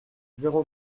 zéro